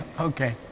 Okay